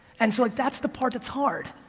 and so, like that's the part that's hard,